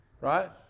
right